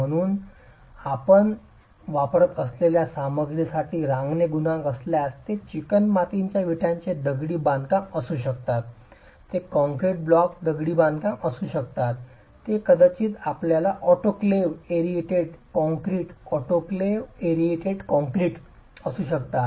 म्हणून जर आपण वापरत असलेल्या सामग्रीसाठी रांगणे गुणांक असल्यास ते चिकणमाती विटांचे दगडी बांधकाम असू शकतात ते कॉंक्रिट ब्लॉक दगडी बांधकाम असू शकतात ते कदाचित आपल्या ऑटोक्लेव्हेड एरेटेड कॉंक्रिट असू शकतात